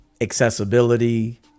accessibility